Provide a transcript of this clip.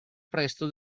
presto